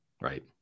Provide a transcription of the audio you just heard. right